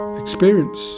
experience